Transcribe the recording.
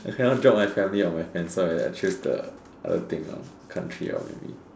I cannot drop my family or my friends so I I choose the other thing country maybe